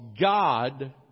God